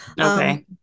Okay